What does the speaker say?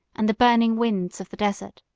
and the burning winds of the desert.